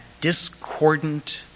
discordant